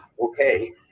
okay